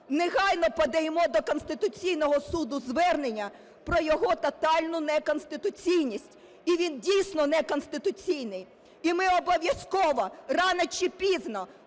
негайно подаємо до Конституційного Суду звернення про його тотальну неконституційність, і він дійсно неконституційний. І ми обов’язково рано чи пізно,